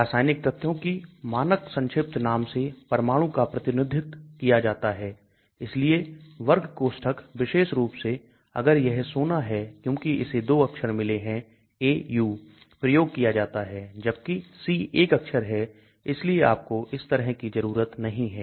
रासायनिक तत्वों की मानक संक्षिप्त नाम से परमाणु का प्रतिनिधित्व किया जाता है और इसलिए वर्ग कोष्ठक विशेष रूप से अगर यह सोना है क्योंकि इसे दो अक्षर मिले हैं Au प्रयोग किया जाता है जबकि C एक अक्षर है इसलिए आपको इस तरह की जरूरत नहीं है